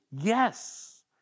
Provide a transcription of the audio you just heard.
yes